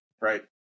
right